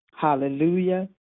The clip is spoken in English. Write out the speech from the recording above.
Hallelujah